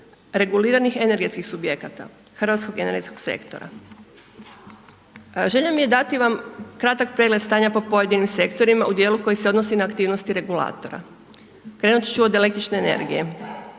reguliranih energetskih subjekata, hrvatskog energetskog sektora. Želja mi je dati vam kratki pregled stanja po pojedinim sektorima u dijelu koji se odnosi na aktivnosti regulatorima. Krenuti ću od električne energije,